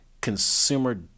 consumer